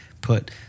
put